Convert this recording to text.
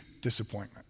disappointment